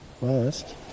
Last